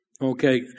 Okay